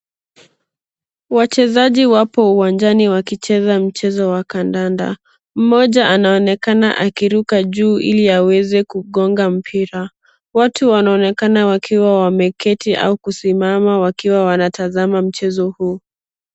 Wachezaji wapo uwanjani wakicheza mchezo wa kandanda. Mmoja anaonekana akiruka juu ili aweze kugonga mpira. Watu wanaonekana wakiwa wameketi au kusimama wakiwa wanatazama mchezo huu.